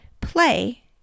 Play